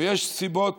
ויש סיבות